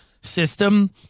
system